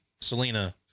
Selena